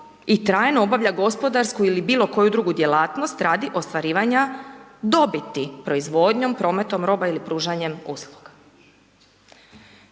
i trajno obavlja gospodarsku ili bilo koju drugu djelatnost radi ostvarivanja dobiti, proizvodnji, prometom roba ili pružanjem usluga.